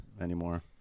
anymore